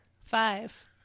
five